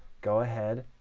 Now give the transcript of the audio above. go ahead,